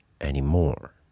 anymore